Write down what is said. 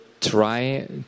try